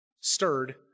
Stirred